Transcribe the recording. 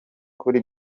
kuri